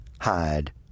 hide